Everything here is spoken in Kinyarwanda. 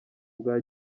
bwa